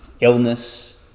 illness